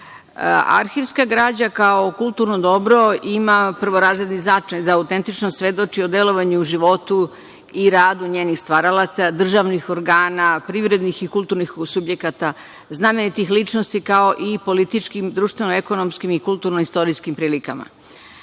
osvrt. Arhivska građa kao kulturno dobro ima prvorazredni značaj da autentično svedoči o delovanju u životu i radu njenih stvaralaca, državnih organa, privrednih i kulturnih subjekata, znamenitih ličnosti, kao i političkim, društveno-ekonomskim i kulturno-istorijskim prilikama. Želim